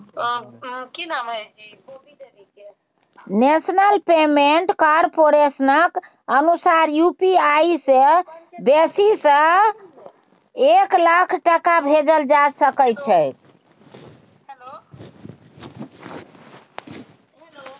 national payment कारपोरेशनक अनुसार UPI सँ बेसी सँ बेसी एक लाख टका भेजल जा सकै छै